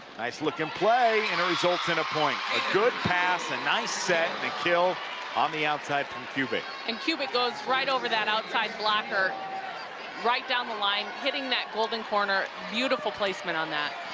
nice looking play. it and results in a point a good pass a nice set the kill on the outside from kubik. and kubik goes right over that outside blocker right down the line. hiding that golden corner. beautiful placement on that